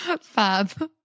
Fab